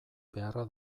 beharra